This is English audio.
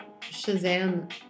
Shazam